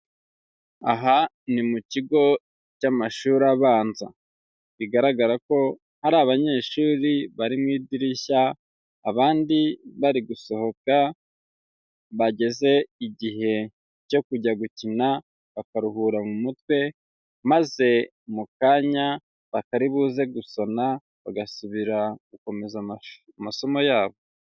Aha ni mu kigo cy'amashuri abanza, bigaragara ko hari abanyeshuri bari mu idirishya abandi bari gusohoka, bageze igihe cyo kujya gukina bakaruhura mu mutwe, maze mu kanya bakari buze gusoma bagasubira gukomeza amasomo yabo.